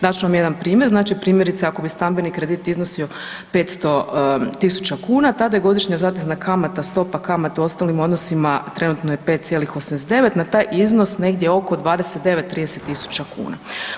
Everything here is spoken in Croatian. Dat ću vam jedan primjer, znači primjerice ako bi stambeni kredit iznosio 500.000 kuna tada je godišnja zatezna kamatna stopa, kamata u ostalim odnosima trenutno je 5,89, na taj iznos negdje oko 29-30.000 kuna.